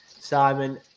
Simon